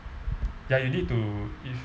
ya you need to if